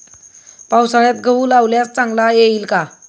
पावसाळ्यात गहू लावल्यास चांगला येईल का?